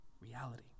reality